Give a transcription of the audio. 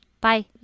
bye